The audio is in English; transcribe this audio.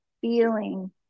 feeling